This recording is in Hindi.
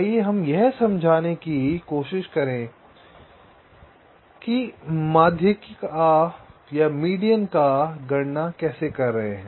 आइए हम यह समझाने की कोशिश करुंगा कि आप माध्यिका की गणना कैसे कर रहे हैं